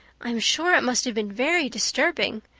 i'm sure it must have been very disturbing.